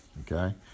okay